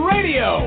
Radio